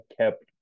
kept